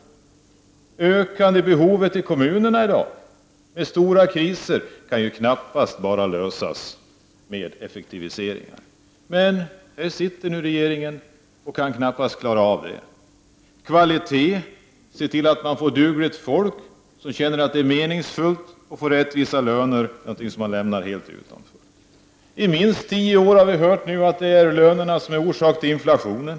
De ökade behoven i kommunerna i dag med stora kriser kan knappast tillgodoses med bara effektiviseringar. Där sitter nu regeringen och kan knappast klara av det. Kvaliteten, att man får dugligt folk som känner att det är meningsfullt att få rättvisa löner, har man lämnat helt utanför. I minst tio år har vi hört att det är lönerna som är orsaken till inflationen.